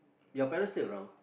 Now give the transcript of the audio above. your parent still around